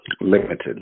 limited